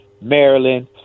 Maryland